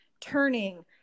turning